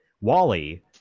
Wally